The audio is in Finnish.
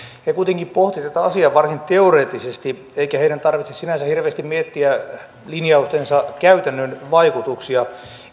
he kuitenkin pohtivat tätä asiaa varsin teoreettisesti eikä heidän tarvitse sinänsä hirveästi miettiä linjaustensa käytännön vaikutuksia